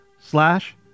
slash